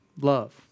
love